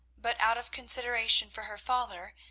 but out of consideration for her father,